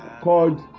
called